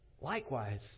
likewise